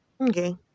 okay